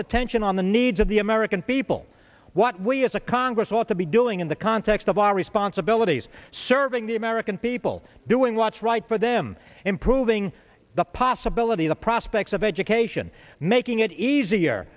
focus attention on the needs of the american people what we as a congress ought to be doing in the context of our responsibilities serving the american people doing what's right for them improving the possibility the prospects of education making it easier